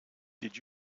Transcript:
did